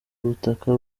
butaka